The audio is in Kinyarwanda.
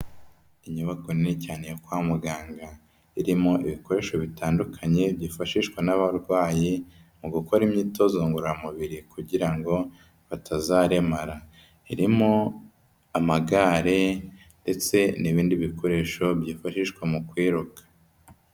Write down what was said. Inyubako nini cyane yo kwa muganga irimo ibikoresho bitandukanye byifashishwa n'abarwayi mu gukora imyitozo ngororamubiri kugira ngo batazaremara. Irimo amagare ndetse n'ibindi bikoresho byifashishwa mu kwiruka.